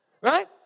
Right